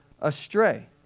astray